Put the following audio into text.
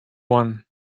won